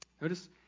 Notice